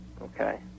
Okay